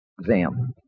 exam